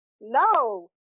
No